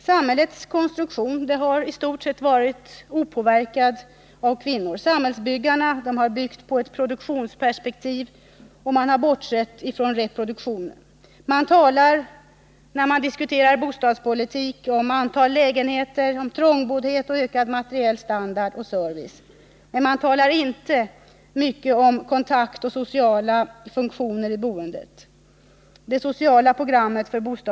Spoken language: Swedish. Samhällets konstruktion har i stort sett varit opåverkad av kvinnor. Samhällsbyggarna har byggt på ett produktionsperspektiv och bortsett från reproduktionen. Man talar, när man diskuterar bostadspolitik, om antal lägenheter, om trångboddhet och om ökad materiell standard och service, men man talar inte mycket om kontakt och sociala funktioner i boendet.